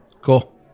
Cool